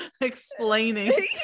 explaining